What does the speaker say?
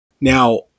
Now